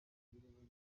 n’imibereho